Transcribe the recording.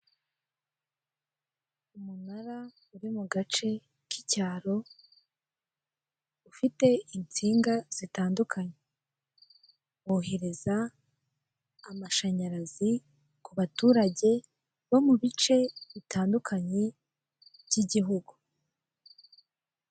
Umunara uri mu gace k'icyaro, ufite insinga zitandukanye bohereza amashanyarazi ku baturage bo mu bice bitandukanye by'igihugu.